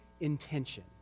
intention